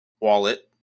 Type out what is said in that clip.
wallet